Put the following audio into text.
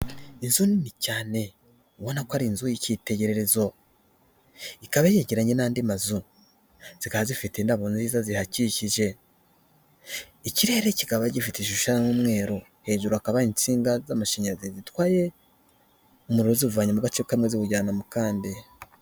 Inzu nini cyane ubona ko ari inzu y'ikitegererezo, ikaba yegeranye, n'andi mazu zikaba zifite indabo nziza, zihakikije ikirere kikaba gifite ishusho y'umweru hejuru hakaba hari insinga z'amashanyarazi, zitwaye umuriro ziwuvanye mu mu gace kamwe ziwujyana mu kandi.